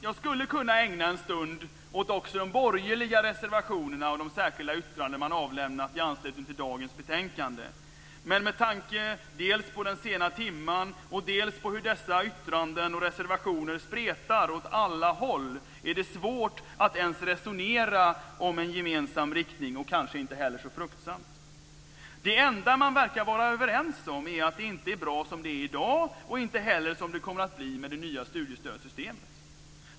Jag skulle kunna ägna en stund åt också de borgerliga reservationerna och de särskilda yttranden som man avlämnat i anslutning till dagens betänkande. Men med tanke dels på den sena timmen, dels på hur dessa yttranden och reservationer spretar åt alla håll är det svårt att ens resonera om en gemensam riktning, och kanske inte heller så fruktsamt. Det enda som man verkar vara överens om är att det inte är bra som det är i dag och inte heller som det kommer att bli med det nya studiestödssystemet.